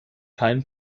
kein